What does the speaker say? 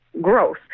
Growth